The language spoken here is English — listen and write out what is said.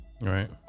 Right